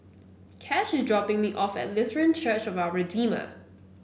Cash is dropping me off at Lutheran Church of Our Redeemer